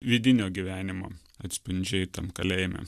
vidinio gyvenimo atspindžiai tam kalėjime